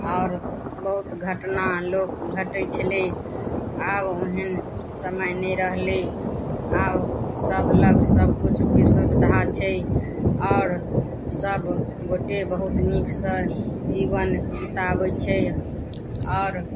आओर बहुत घटना लोक घटै छलै आब ओहेन समय नहि रहलै आब सब लग सब किछुके सुविधा छै और सब गोटे बहुत नीक सऽ जीवन बिताबै छै और